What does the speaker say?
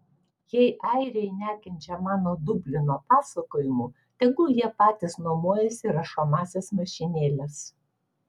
jei airiai nekenčia mano dublino pasakojimų tegu jie patys nuomojasi rašomąsias mašinėles